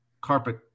carpet